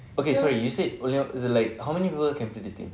okay sorry you said only is it like how many people can play this game